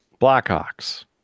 Blackhawks